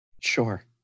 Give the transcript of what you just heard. Sure